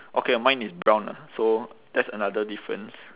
okay mine is brown ah so that's another difference